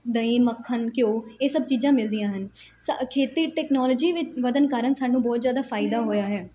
ਦਹੀਂ ਮੱਖਣ ਘਿਓ ਇਹ ਸਭ ਚੀਜ਼ਾਂ ਮਿਲਦੀਆਂ ਹਨ ਸ ਖੇਤੀ ਟੈਕਨੋਲੋਜੀ ਵਿ ਵਧਣ ਕਾਰਨ ਸਾਨੂੰ ਬਹੁਤ ਜ਼ਿਆਦਾ ਫ਼ਾਇਦਾ ਹੋਇਆ ਹੈ